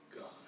God